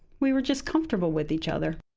we were just comfortable with each other.